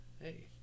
hey